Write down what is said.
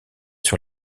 sur